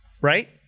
Right